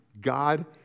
God